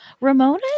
Ramona